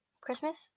Christmas